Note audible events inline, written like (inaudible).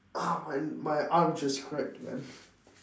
(noise) my my arm just cracked man